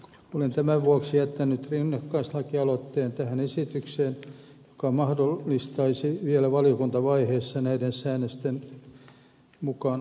olen tämän vuoksi jättänyt tähän esitykseen rinnakkaislakialoitteen joka mahdollistaisi vielä valiokuntavaiheessa näiden säännösten mukaan ottamisen